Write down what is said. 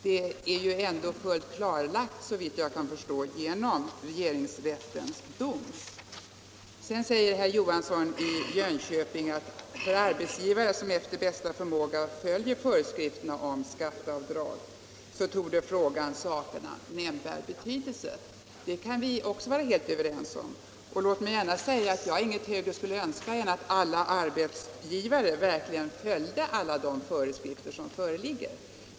Detta är ändå, såvitt jag förstår, fullt klarlagt genom regeringsrättens dom. Sedan säger herr Johansson att för arbetsgivare som efter bästa förmåga följer föreskrifterna om skatteavdrag torde frågan sakna nämnvärd betydelse. Det kan vi vara helt överens om. Och låt mig säga att jag inget högre skulle önska än att alla arbetsgivare verkligen följde de föreskrifter som föreligger.